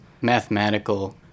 mathematical